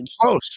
close